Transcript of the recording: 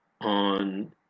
on